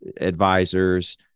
advisors